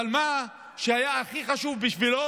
אבל אנחנו הוספנו בממשלה 120 מיליון שקל למשרד התרבות של מיקי זוהר.